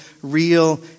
real